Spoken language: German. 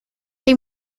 die